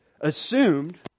assumed